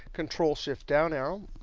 control-shift, down arrow.